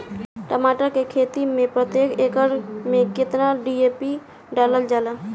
टमाटर के खेती मे प्रतेक एकड़ में केतना डी.ए.पी डालल जाला?